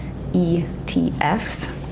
ETFs